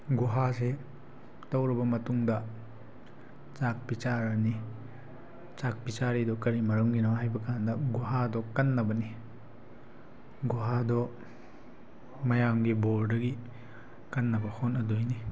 ꯒꯨꯍꯥꯁꯤ ꯇꯧꯔꯕ ꯃꯇꯨꯡꯗ ꯆꯥꯛ ꯄꯤꯖꯔꯅꯤ ꯆꯥꯛ ꯄꯤꯖꯔꯤꯗꯨ ꯀꯔꯤ ꯃꯔꯝꯒꯤꯅꯣ ꯍꯥꯏꯕꯀꯥꯟꯗ ꯒꯨꯍꯥꯗꯣ ꯀꯟꯅꯕꯅꯤ ꯒꯨꯍꯥꯗꯣ ꯃꯌꯥꯝꯒꯤ ꯕꯣꯔꯗꯒꯤ ꯀꯟꯅꯕ ꯍꯣꯠꯅꯗꯣꯏꯅꯤ